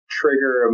trigger